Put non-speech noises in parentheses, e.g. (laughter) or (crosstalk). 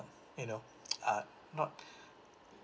you know (noise) uh not